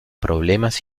problemas